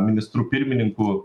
ministru pirmininku